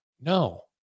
No